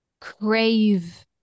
crave